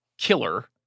killer